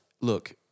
look